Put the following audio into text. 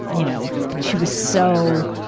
you know, but she was so,